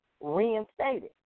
reinstated